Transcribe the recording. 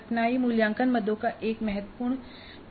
कठिनाई मूल्यांकन मदों का एक और बहुत महत्वपूर्ण पहलू